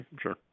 sure